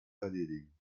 erledigen